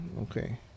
Okay